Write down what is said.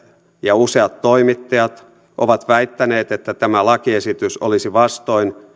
ja useat toimittajat ovat väittäneet että tämä lakiesitys olisi vastoin